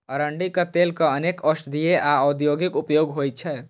अरंडीक तेलक अनेक औषधीय आ औद्योगिक उपयोग होइ छै